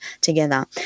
together